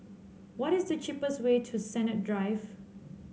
what is the cheapest way to Sennett Drive